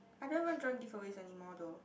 I don't even join giveaways anymore though